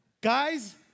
guys